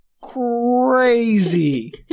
crazy